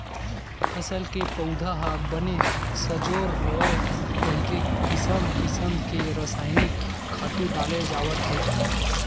फसल के पउधा ह बने सजोर होवय कहिके किसम किसम के रसायनिक खातू डाले जावत हे